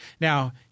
Now